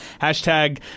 Hashtag